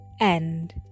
End